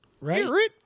Right